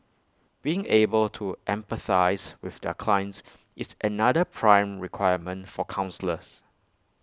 being able to empathise with their clients is another prime requirement for counsellors